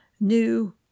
new